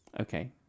Okay